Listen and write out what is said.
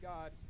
God